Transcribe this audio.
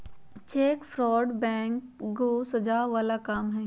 cheque fraud एगो सजाओ बला काम हई